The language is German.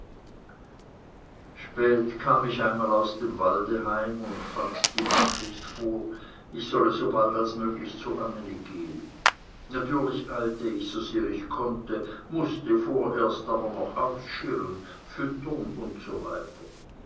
spät kam ich einmal aus dem walde heim und fand die botschaft vor sobald als möglich zu anneli zu gehen natürlich eilte ich so sehr ich konnte mußte vorerst aber noch ausschirren füttern etc